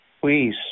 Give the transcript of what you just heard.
Please